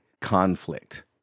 conflict